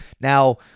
Now